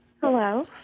Hello